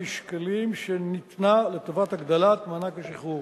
שקלים שניתנה לטובת הגדלת מענק השחרור.